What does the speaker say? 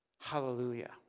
Hallelujah